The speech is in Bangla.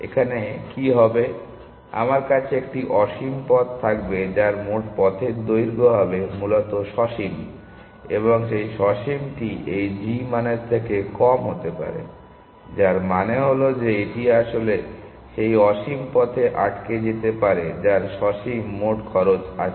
এখানে কি হবে আমার কাছে একটি অসীম পথ থাকবে যার মোট পথের দৈর্ঘ্য হবে মূলত সসীম এবং সেই সসীমটি এই g মানের থেকে কম হতে পারে যার মানে হল যে এটি আসলে সেই অসীম পথে আটকে যেতে পারে যার সসীম মোট খরচ আছে